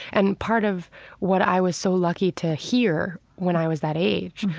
and part of what i was so lucky to hear when i was that age,